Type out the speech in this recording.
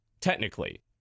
Technically